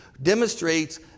demonstrates